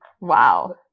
Wow